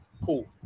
cool